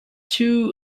two